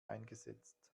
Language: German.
eingesetzt